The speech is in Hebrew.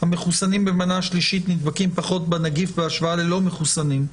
שהמחוסנים במנה השלישית נדבקים פחות בנגיף בהשוואה ללא-מחוסנים,